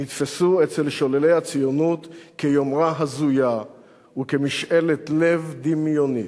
נתפסו אצל שוללי הציונות כיומרה הזויה וכמשאלת לב דמיונית.